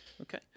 okay